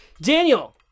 Daniel